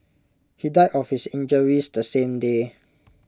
he died of his injuries the same day